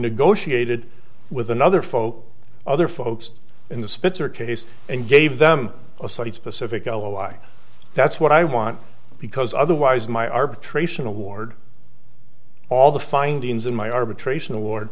negotiated with another folk other folks in the spitzer case and gave them a site specific oh i that's what i want because otherwise my arbitration award all the findings of my arbitration award